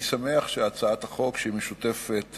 אני שמח שהצעת החוק, שהיא משותפת